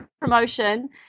promotion